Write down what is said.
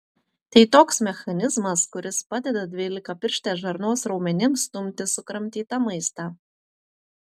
tai toks mechanizmas kuris padeda dvylikapirštės žarnos raumenims stumti sukramtytą maistą